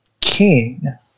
king